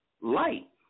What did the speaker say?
light